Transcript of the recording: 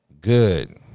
Good